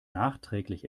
nachträglich